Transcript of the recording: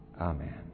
Amen